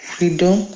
Freedom